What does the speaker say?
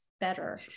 better